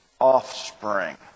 offspring